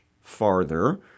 farther